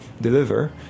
deliver